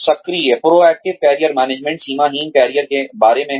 सक्रिय proactive career management सीमाहीन career के बारे में है